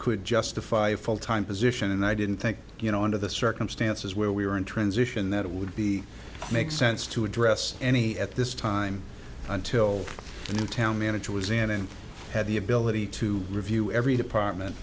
could justify a full time position and i didn't think you know under the circumstances where we were in transition that it would be make sense to address any at this time until the new town manager was in and had the ability to review every department